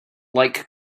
like